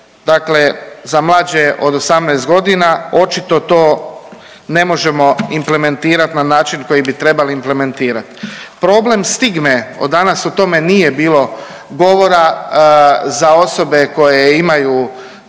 dakle za mlađe od 18 godina očito to ne možemo implementirat na način na koji bi trebali implementirat. Problem stigme danas o tome nije bilo govora za osobe koje imaju